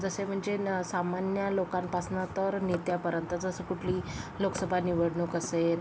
जसे म्हणजे न सामान्य लोकांपासनं तर नेत्यापर्यंत जसं कुठली लोकसभा निवडणूक असेल